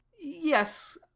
Yes